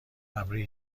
ابری